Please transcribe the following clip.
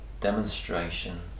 demonstration